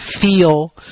feel